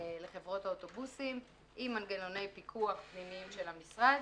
לחברות האוטובוסים עם מנגנוני פיקוח פנימיים של המשרד